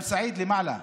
גם סעיד למעלה.